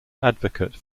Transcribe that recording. advocate